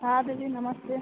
हाँ दीदी नमस्ते